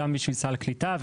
גם בשביל סל קליטה,